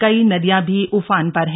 कई नदियां भी उफान पर है